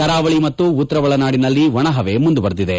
ಕರಾವಳಿ ಮತ್ತು ಉತ್ತರ ಒಳನಾಡಿನಲ್ಲಿ ಒಣಹವೆ ಮುಂದುವರೆದಿದೆ